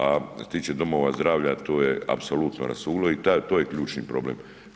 A što se tiče domova zdravlja to je apsolutno rasulo je to je ključni problem.